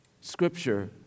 Scripture